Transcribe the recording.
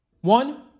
One